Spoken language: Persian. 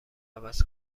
عوض